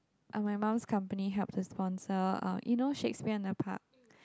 and my mum's company helps us sponsor um you know Shakespeare in the Park